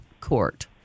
court